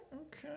okay